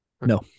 No